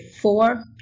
four